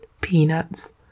peanuts